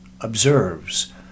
observes